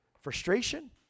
Frustration